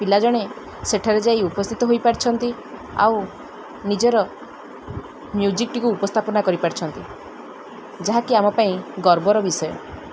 ପିଲା ଜଣେ ସେଠାରେ ଯାଇ ଉପସ୍ଥିତ ହୋଇପାରିଛନ୍ତି ଆଉ ନିଜର ମ୍ୟୁଜିକ୍ଟିକୁ ଉପସ୍ଥାପନା କରିପାରିଛନ୍ତି ଯାହାକି ଆମ ପାଇଁ ଗର୍ବର ବିଷୟ